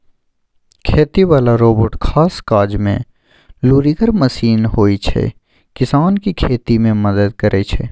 खेती बला रोबोट खास काजमे लुरिगर मशीन होइ छै किसानकेँ खेती मे मदद करय छै